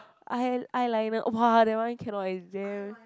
eye eyeliner !wah! that one cannot it's damn